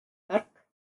tark